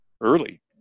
early